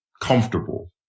comfortable